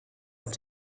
auf